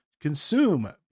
consume